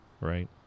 right